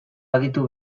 aditu